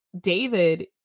David